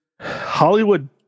hollywood